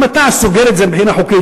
אם אתה סוגר את זה מבחינה חוקית,